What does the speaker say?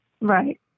Right